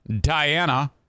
Diana